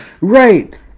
Right